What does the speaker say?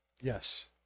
yes